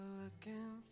looking